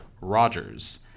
Rogers